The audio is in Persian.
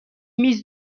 میز